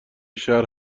شهر